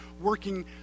working